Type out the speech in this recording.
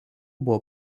buvo